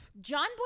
John